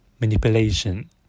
manipulation